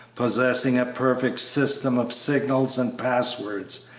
possessing a perfect system of signals and passwords,